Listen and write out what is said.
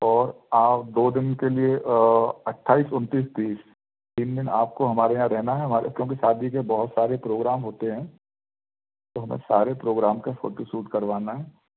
और आप दो दिन के लिए अट्ठाईस उनतीस तीस तीन दिन आपको हमारे यहाँ रहना है हमारे क्योंकि शादी के बहुत सारे प्रोग्राम होते हैं तो हमें सारे प्रोग्राम का फोटूशूट करवाना है